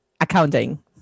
accounting